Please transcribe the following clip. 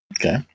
Okay